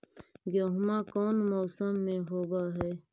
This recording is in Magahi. गेहूमा कौन मौसम में होब है?